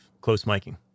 close-miking